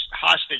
hostage